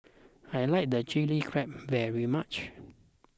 I like the Chilli Crab very much